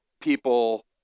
people